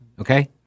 Okay